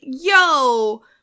yo